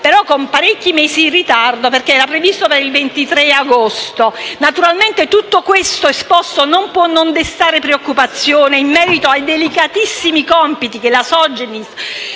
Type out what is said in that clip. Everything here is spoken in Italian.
ma con parecchi mesi di ritardo, visto che era atteso per il 23 agosto. Naturalmente tutto quanto esposto non può non destare preoccupazione in merito ai delicatissimi compiti della Sogin